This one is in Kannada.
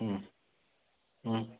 ಹ್ಞೂ ಹ್ಞೂ